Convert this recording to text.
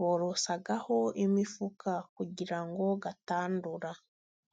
Borosaho imifuka kugira ngo atandura.